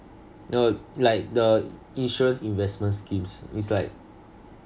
no like the insurance investment schemes it's like